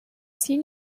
seen